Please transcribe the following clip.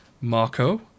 Marco